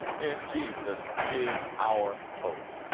in jesus is our hope.